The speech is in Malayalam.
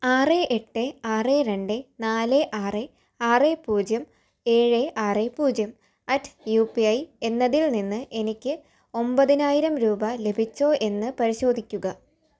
ആറ് എട്ട് ആറ് രണ്ട് നാല് ആറ് ആറ് പൂജ്യം ഏഴ് ആറ് പൂജ്യം അറ്റ് യു പി ഐ എന്നതിൽ നിന്ന് എനിക്ക് ഒൻപതിനായിരം രൂപ ലഭിച്ചോ എന്ന് പരിശോധിക്കുക